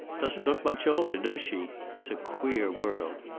doesn't look much older, does she? it's a queer world.